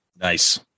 Nice